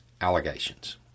allegations